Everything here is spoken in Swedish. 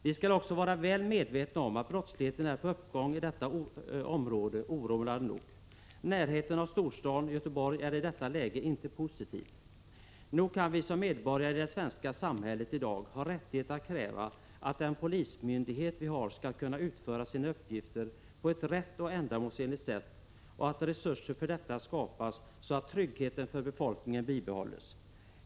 Vi skall också vara väl medvetna om att brottsligheten oroande nog är på uppgång i detta område. Närheten till storstaden Göteborg är i det läget inte positiv. Nog kan vi som medborgare i det svenska samhället i dag ha rättighet att kräva att den polismyndighet vi har skall kunna utföra sina uppgifter på ett rätt och ändamålsenligt sätt och att resurser för detta skapas så att tryggheten för befolkningen bibehålles.